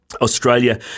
Australia